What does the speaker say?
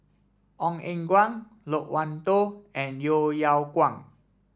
Ong Eng Guan Loke Wan Tho and Yeo Yeow Kwang